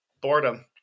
boredom